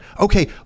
Okay